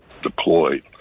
deployed